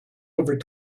over